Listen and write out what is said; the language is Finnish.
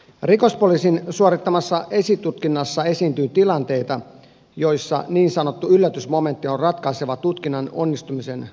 rikospoliisin suorittamassa esitutkinnassa esiintyy tilanteita joissa niin sanottu yllätysmomentti on ratkaiseva tutkinnan onnistumisen mahdollistamisessa